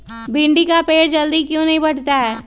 भिंडी का पेड़ जल्दी क्यों नहीं बढ़ता हैं?